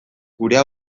gurea